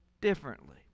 differently